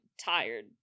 tired